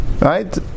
right